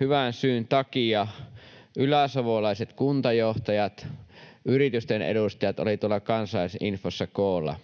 hyvän syyn takia: yläsavolaiset kuntajohtajat ja yritysten edustajat olivat tuolla Kansalaisinfossa koolla.